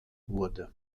wurde